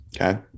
okay